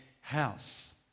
house